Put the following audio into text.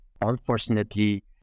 unfortunately